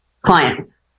clients